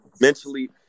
mentally –